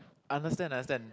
understand understand